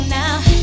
now